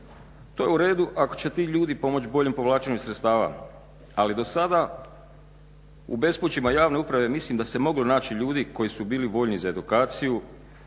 To je u redu ako će ti ljudi pomoći boljem povlačenju sredstava. Ali do sada u bespućima javne uprave mislim da se moglo naći ljudi koji su bili voljni za edukaciju,